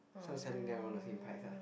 so selling them around the same price ah